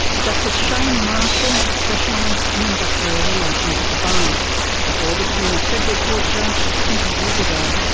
justice shane marshall specialised in industrial relations at the bar before becoming a federal court judge twenty years ago.